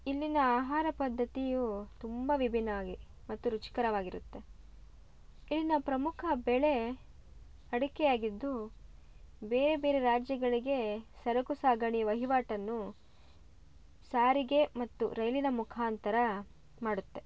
ಇಲ್ಲಿನ ಆಹಾರ ಪದ್ಧತಿಯು ತುಂಬ ವಿಭಿನ್ನವಾಗಿದೆ ಮತ್ತು ರುಚಿಕರವಾಗಿರುತ್ತೆ ಇಲ್ಲಿನ ಪ್ರಮುಖ ಬೆಳೆ ಅಡಿಕೆ ಆಗಿದ್ದು ಬೇರೆ ಬೇರೆ ರಾಜ್ಯಗಳಿಗೆ ಸರಕು ಸಾಗಣೆ ವಹಿವಾಟನ್ನು ಸಾರಿಗೆ ಮತ್ತು ರೈಲಿನ ಮುಖಾಂತರ ಮಾಡುತ್ತೆ